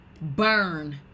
Burn